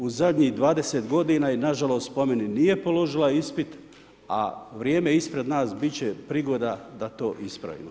U zadnjih 20 godina i nažalost po meni nije položila ispit a vrijeme ispred nas biti će prigoda da to ispravimo.